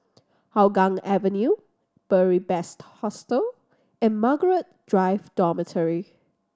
Hougang Avenue Beary Best Hostel and Margaret Drive Dormitory